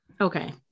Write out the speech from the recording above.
Okay